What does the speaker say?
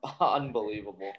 unbelievable